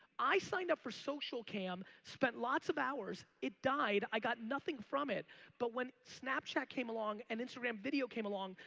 i signed up for socialcam, spent lots of hours, it died. i got nothing from it but when snapchat came along and instagram video came along,